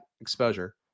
exposure